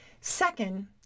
Second